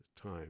time